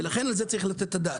ולכן, לזה צריך לתת את הדעת.